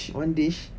one dish